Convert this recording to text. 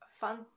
Fun